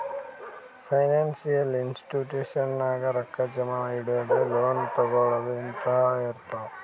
financial institution ನಾಗ್ ರೊಕ್ಕಾ ಜಮಾ ಇಡದು, ಲೋನ್ ತಗೋಳದ್ ಹಿಂತಾವೆ ಇರ್ತಾವ್